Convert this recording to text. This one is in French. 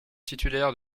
titulaire